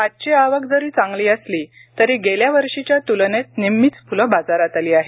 आजची आवक जरी चांगली असली तरी गेल्या वर्षीच्या तुलनेत निम्मीच फुले बाजारात आली आहेत